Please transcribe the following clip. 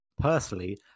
personally